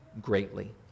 greatly